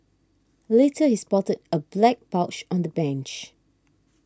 later he spotted a black pouch on the bench